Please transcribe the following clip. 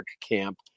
camp